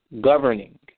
governing